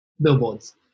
billboards